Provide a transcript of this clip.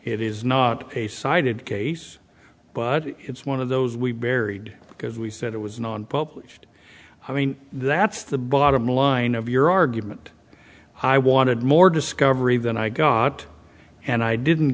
it is not a sided case but it's one of those we buried because we said it was an unpublished i mean that's the bottom line of your argument i wanted more discovery than i got and i didn't